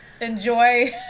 enjoy